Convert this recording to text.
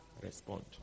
respond